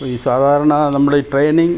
ഈ സാധാരണ നമ്മൾ ഈ ട്രെയിനിംഗ്